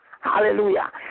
Hallelujah